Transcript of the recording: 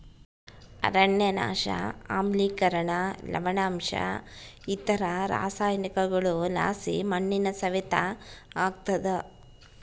ಅರಣ್ಯನಾಶ ಆಮ್ಲಿಕರಣ ಲವಣಾಂಶ ಇತರ ರಾಸಾಯನಿಕಗುಳುಲಾಸಿ ಮಣ್ಣಿನ ಸವೆತ ಆಗ್ತಾದ